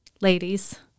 ladies